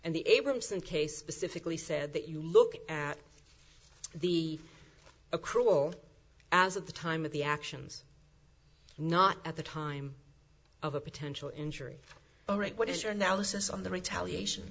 and the abramson case specifically said that you look at the accrual as at the time of the actions not at the time of a potential injury all right what is your analysis on the retaliation